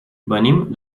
venim